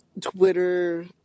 Twitter